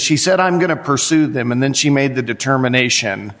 she said i'm going to pursue them and then she made the determination